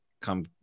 Come